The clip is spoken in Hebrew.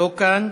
לא כאן.